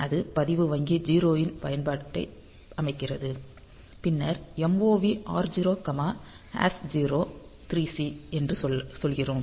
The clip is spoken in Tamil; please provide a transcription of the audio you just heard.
அது பதிவு வங்கி 0 இன் பயன்பாட்டை அமைக்கிறது பின்னர் MOV R0 0x3C என்று சொல்கிறோம்